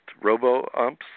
robo-umps